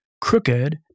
crooked